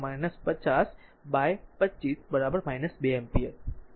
તેથી i 50 by 25 2 ampere બરાબર